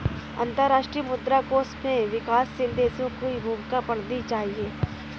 अंतर्राष्ट्रीय मुद्रा कोष में विकासशील देशों की भूमिका पढ़नी चाहिए